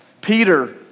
Peter